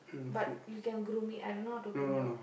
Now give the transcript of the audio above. but you can groom me I don't how to groom dog